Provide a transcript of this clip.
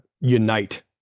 unite